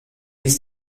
ist